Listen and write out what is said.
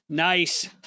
Nice